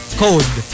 code